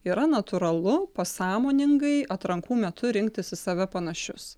yra natūralu pasąmoningai atrankų metu rinktis į save panašius